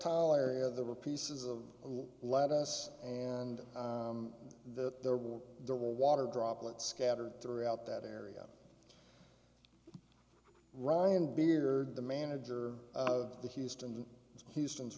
tyler area there were pieces of lettuce and that there were the water droplets scattered throughout that area ryan beard the manager of the houston houston's